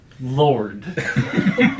Lord